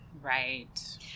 Right